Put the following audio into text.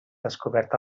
descobert